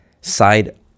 side